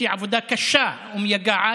שהיא עבודה קשה ומייגעת,